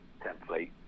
template